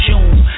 June